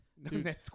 Dude